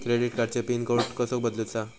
Credit कार्डची pin code कसो बदलुचा?